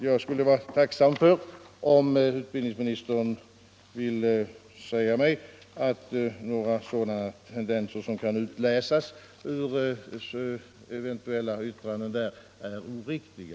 Jag skulle därför vara tacksam om utbildningsministern vill säga mig att uppgifterna om att sådana tendenser kan utläsas ur yttranden på partikongressen är oriktiga.